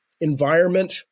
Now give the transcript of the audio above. environment